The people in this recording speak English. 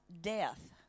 death